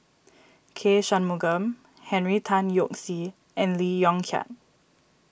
K Shanmugam Henry Tan Yoke See and Lee Yong Kiat